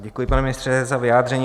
Děkuji, pane ministře, za vyjádření.